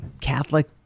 Catholic